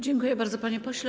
Dziękuję bardzo, panie pośle.